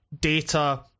data